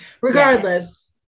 Regardless